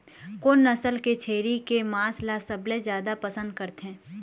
कोन नसल के छेरी के मांस ला सबले जादा पसंद करथे?